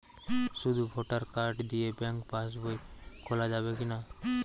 শুধু voter card দিয়ে bank পাশ বই খোলা যাবে কিনা?